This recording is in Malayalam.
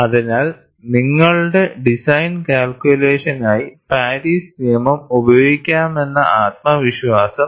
അതിനാൽ നിങ്ങളുടെ ഡിസൈൻ കാൽകുലേഷനായി പാരീസ് നിയമം ഉപയോഗിക്കാമെന്ന ആത്മവിശ്വാസം ഇത് നൽകുന്നു